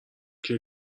کیه